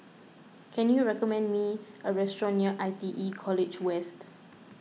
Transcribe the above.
can you recommend me a restaurant near I T E College West